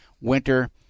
winter